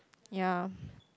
ya